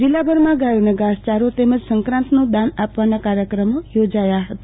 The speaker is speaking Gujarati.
જિલ્લાભરમાં ગાયોને ધાસયારો તેમજ સક્રાંતનું દાન આપવાના કાર્યક્રમો યોજાયા હતા